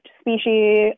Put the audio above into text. species